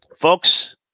Folks